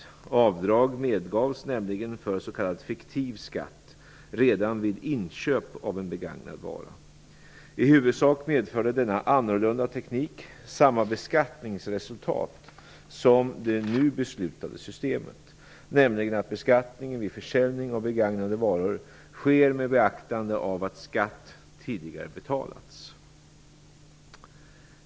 Avdrag medgavs nämligen för s.k. fiktiv skatt redan vid inköp av en begagnad vara. I huvudsak medförde denna annorlunda teknik samma beskattningsresultat som det nu beslutade systemet, nämligen att beskattningen vid försäljning av begagnade varor sker med beaktande av att skatt tidigare betalats.